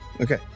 Okay